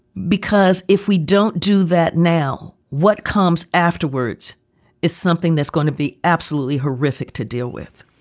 because if we don't do that now, what comes afterwards is something that's going to be absolutely horrific to deal with